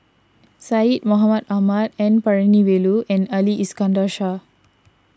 Syed Mohamed Ahmed N Palanivelu and Ali Iskandar Shah